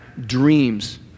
dreams